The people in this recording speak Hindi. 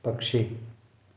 पक्षी